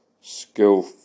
Skill